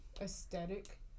Aesthetic